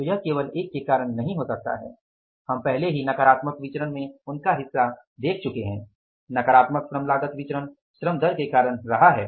तो यह केवल एक के कारण नहीं हो सकता है हम पहले ही नकारात्मक विचरण में उनका हिस्सा देख चुके हैं नकारात्मक श्रम लागत विचरण श्रम दर के कारण रहा है